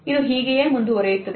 ಇದು ಹೀಗೆಯೇ ಮುಂದುವರೆಯುತ್ತದೆ